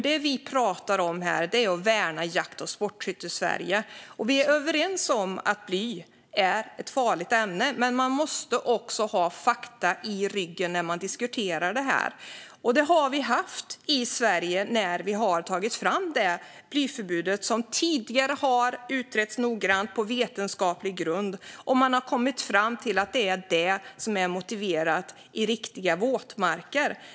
Det vi talar om här är att värna Jakt och sportskyttesverige. Vi är överens om att bly är ett farligt ämne, men man måste också ha fakta i ryggen när man diskuterar detta. Det har vi i Sverige haft när vi tog fram det blyförbud som tidigare har utretts noggrant på vetenskaplig grund. Där har man kommit fram till att just detta är vad som är motiverat i riktiga våtmarker.